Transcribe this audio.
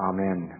Amen